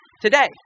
today